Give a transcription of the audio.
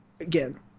Again